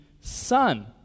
son